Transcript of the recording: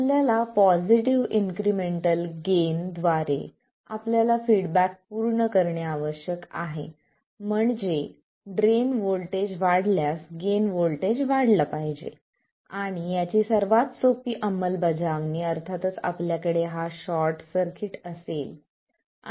आपल्याला positive incremental gain द्वारे आपल्याला फीडबॅक पूर्ण करणे आवश्यक आहे म्हणजे ड्रेन व्होल्टेज वाढल्यास गेट व्होल्टेज वाढला पाहिजे आणि याची सर्वात सोपी अंमलबजावणी अर्थातच आपल्याकडे हा शॉर्ट सर्किट असेल